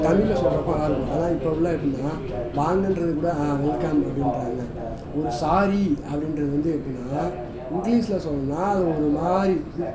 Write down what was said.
தமிழ்ல சொல்கிறப்ப நல்லாருக்கும் ஆனால் இப்போ உள்ளது எப்படின்னா வாங்கன்றது கூட ஆ வெல்கம் அப்படின்றாங்க ஒரு சாரி அப்படின்றது வந்து எப்படின்னா இங்கிலீஷில் சொன்னால் அது ஒருமாதிரி